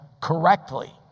correctly